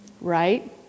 Right